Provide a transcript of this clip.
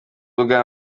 ubwa